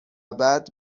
بعد